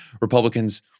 Republicans